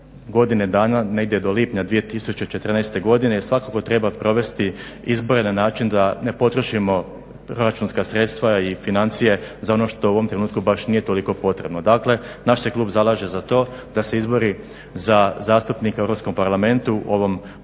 godine dana, negdje do lipnja 2014. godine i svakako treba provesti izbore na način da ne potrošimo proračunska sredstva i financije za ono što u ovom trenutku baš nije toliko potrebno. Dakle, naš se klub zalaže za to da se izbori za zastupnike u Europskom parlamentu ovim